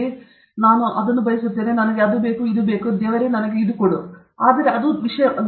ಆರಂಭದಲ್ಲಿ ನಾನು ಇದನ್ನು ಬಯಸುತ್ತೇನೆ ನನಗೆ ಅದು ಬೇಕು ನಾನು ಬಯಸುತ್ತೇನೆ ದೇವರು ಕೊಡುವುದಿಲ್ಲವೋ ಇಲ್ಲವೋ ಇಲ್ಲವೋ ಅದು ನಮ್ಮ ವಿಷಯವಲ್ಲ